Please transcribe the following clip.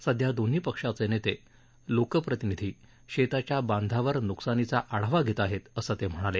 सध्या दोन्ही पक्षाचे नेते लोकप्रतिनिधी शेताच्या बांधावर न्कसानीचा आढावा घेत आहेत असं ते म्हणाले